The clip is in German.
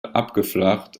abgeflacht